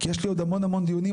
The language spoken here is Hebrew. כי יש לי עוד המון המון דיונים.